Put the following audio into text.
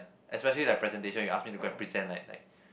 especially that presentation you ask me go and present like like